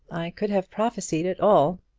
could have prophesied it all.